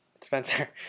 Spencer